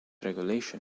regulation